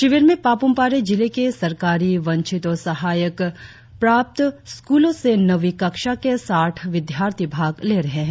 शिविर में पाप्रम पारे जिले के सरकारी वंचित और सहायता प्राप्त स्कूलों से नवीं कक्षा के साथ विद्यार्थी भाग ले रहे है